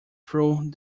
through